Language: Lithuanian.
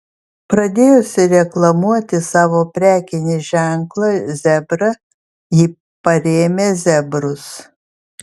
pradėjusi reklamuoti savo prekinį ženklą zebra ji parėmė zebrus